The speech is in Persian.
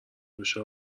بشه